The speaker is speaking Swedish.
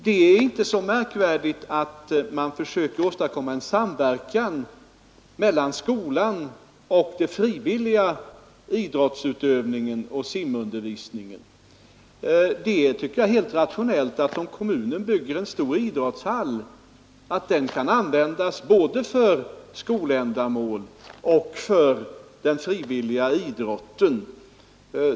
Det är inte så märkvärdigt att man försöker åstadkomma en samverkan mellan skolan och den frivilliga idrottsutövningen och simundervisningen. Jag tycker att det är helt rationellt att, om kommunen bygger en stor idrottshall, den kan användas både för skoländamål och för den frivilliga idrotten.